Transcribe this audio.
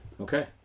Okay